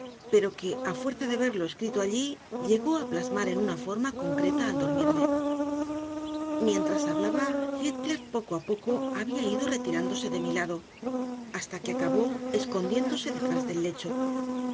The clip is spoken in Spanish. pero que a fuerza de verlo escrito allí llegó a plasmar en una forma concreta al dormirme mientras hablaba heathcliff poco a poco había ido retirándose de mi lado hasta que acabó escondiéndose detrás del lecho